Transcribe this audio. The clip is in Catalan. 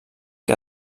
que